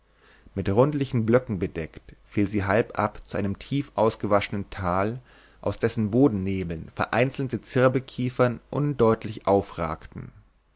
mit rundlichen blöcken bedeckt fiel sie sanft ab zu einem tiefausgewaschenen tal aus dessen bodennebeln vereinzelte zirbelkiefern undeutlich aufragten